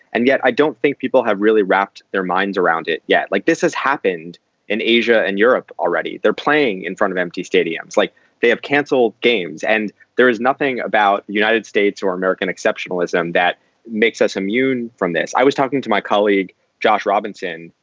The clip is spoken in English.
and yet i don't think people have really wrapped their minds around it yet. like this has happened in asia and europe already. they're playing in front of empty stadiums like they have canceled games. and there is nothing about the united states or american exceptionalism that makes us immune from this. i was talking to my colleague josh robinson,